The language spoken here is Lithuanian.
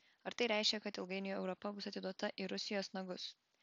ar tai reiškia kad ilgainiui europa bus atiduota į rusijos nagus